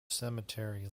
cemetery